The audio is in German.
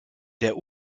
der